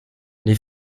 les